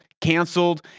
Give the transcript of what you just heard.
canceled